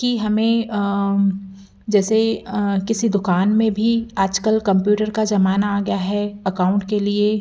कि हमें जैसे किसी दुकान में भी आज कल कम्प्यूटर का ज़माना आ गया है अकाउंट के लिए